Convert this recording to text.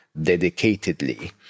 dedicatedly